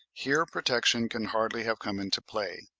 here protection can hardly have come into play.